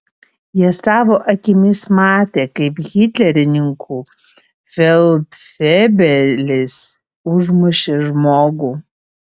jie savo akimis matė kaip hitlerininkų feldfebelis užmušė žmogų